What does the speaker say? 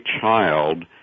child